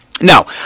Now